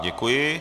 Děkuji.